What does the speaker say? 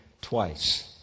twice